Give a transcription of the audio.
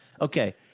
Okay